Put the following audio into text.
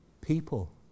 people